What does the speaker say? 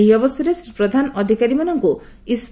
ଏହି ଅବସରରେ ଶ୍ରୀ ପ୍ରଧାନ ଅଧିକାରୀମାନଙ୍ଙୁ ଇସ୍